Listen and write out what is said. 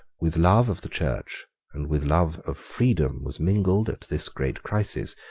with love of the church and with love of freedom was mingled, at this great crisis,